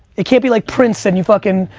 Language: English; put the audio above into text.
it can't be like prince and you fucking,